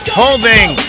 holding